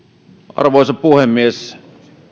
arvoisa puhemies